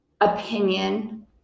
opinion